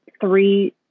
three